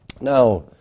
Now